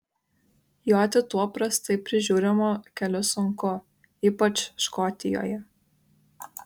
joti tuo prastai prižiūrimu keliu sunku ypač škotijoje